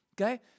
Okay